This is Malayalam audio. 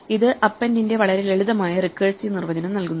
ഇത് അപ്പെൻഡിന്റെ വളരെ ലളിതമായ റിക്കേഴ്സിവ് നിർവചനം നൽകുന്നു